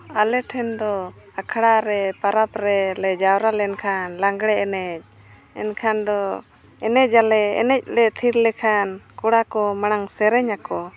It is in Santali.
ᱟᱞᱮ ᱴᱷᱮᱱ ᱫᱚ ᱟᱠᱷᱲᱟ ᱨᱮ ᱯᱚᱨᱚᱵᱽ ᱨᱮᱞᱮ ᱡᱟᱣᱨᱟ ᱞᱮᱱᱠᱷᱟᱱ ᱞᱟᱜᱽᱲᱮ ᱮᱱᱮᱡ ᱮᱱᱠᱷᱟᱱ ᱫᱚ ᱮᱱᱮᱡᱟᱞᱟ ᱮᱱᱮᱡ ᱞᱮ ᱛᱷᱤᱨ ᱞᱮᱱᱠᱷᱟᱱ ᱠᱚ ᱢᱟᱲᱟᱝ ᱥᱨᱮᱨᱧ ᱟᱠᱚ